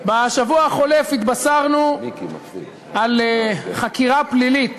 בשבוע החולף התבשרנו על חקירה פלילית